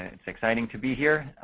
it's exciting to be here.